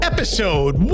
Episode